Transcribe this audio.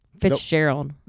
Fitzgerald